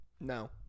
No